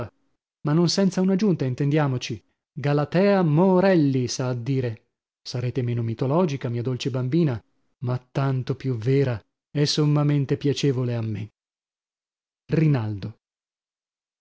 ma non senza una giunta intendiamoci galatea morelli s'ha a dire sarete meno mitologica mia dolce bambina ma tanto più vera e sommamente piacevole a me rinaldo